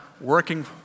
working